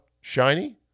shiny